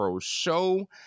Show